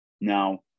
Now